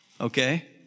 okay